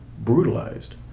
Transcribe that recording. brutalized